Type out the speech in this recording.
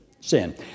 Sin